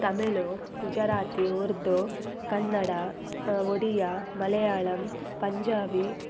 Tamil Gujarati Urdu Kannada Odia Malayalam Punjabi